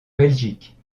belgique